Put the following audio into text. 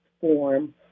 form